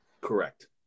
Correct